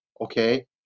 okay